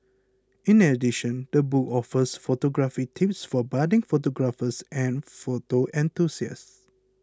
in addition the book offers photography tips for budding photographers and photo enthusiasts